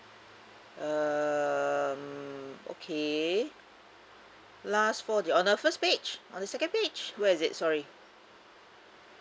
um okay last four digit on the first page on the second page where is it sorry